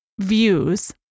views